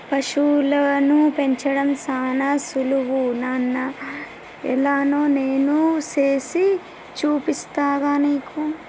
పశువులను పెంచడం సానా సులువు నాన్న ఎలానో నేను సేసి చూపిస్తాగా నీకు